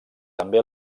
també